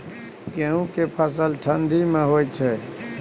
गेहूं के फसल ठंडी मे होय छै?